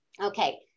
Okay